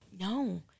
No